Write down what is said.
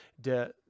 De